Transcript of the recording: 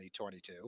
2022